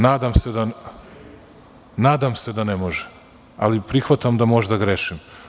Nadam se da ne može, ali prihvatam da možda grešim.